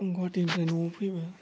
आं गुहाटिनिफ्राय न'वाव फैबा